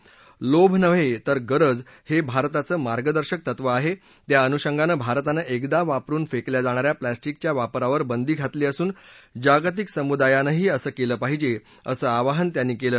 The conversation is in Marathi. लोम नव्हे तर गरज हे भारताचं मार्मदर्शक तत्व आहे त्या अनुषंगानं भारतानं एकदा वापरून फेकल्या जाणाऱ्या प्लॉस्टिकच्या वापरावर बंदी घातली असून जागतिक समुदायानंही असं केलं पाहिजे असं आवाहन त्यांनी केलं